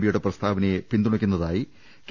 P യുടെ പ്രസ്താവനയെ പിന്തു ണയ്ക്കുന്നതായി കെ